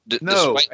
No